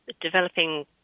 developing